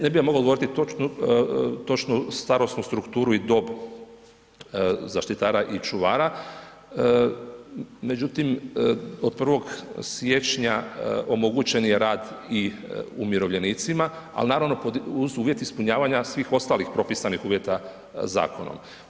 Ne bih vam mogao odgovoriti točnu starosnu strukturu i dob zaštitara i čuvara međutim od 1. siječnja omogućen je rad i umirovljenicima ali naravno pod, uz uvjet ispunjavanja svih ostalih propisanih uvjeta zakonom.